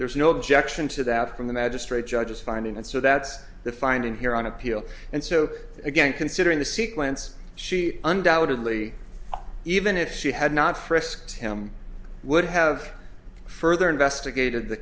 there was no objection to that from the magistrate judges finding it so that's the finding here on appeal and so again considering the sequence she undoubtedly even if she had not frisked him would have further investigated the